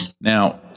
Now